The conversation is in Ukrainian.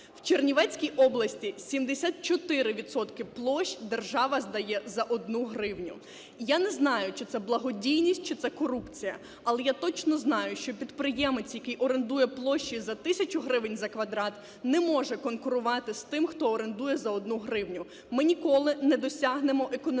В Чернівецькій області 74 відсотки площ держава здає за одну гривню. Я не знаю, чи це благодійність, чи це корупція, але я точно знаю, що підприємець, який орендує площі за тисячу гривень за квадрат, не може конкурувати з тим, хто орендує за одну гривню. Ми ніколи не досягнемо економічного